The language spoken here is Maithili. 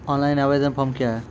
ऑनलाइन आवेदन फॉर्म क्या हैं?